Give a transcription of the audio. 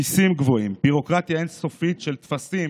מיסים גבוהים, ביורוקרטיה אין-סופית של טפסים